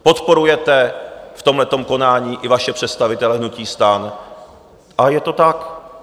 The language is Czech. Podporujete v tomhletom konání i vaše představitele hnutí STAN, ale je to tak.